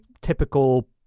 typical